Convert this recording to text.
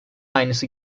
aynısı